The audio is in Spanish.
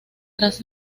tras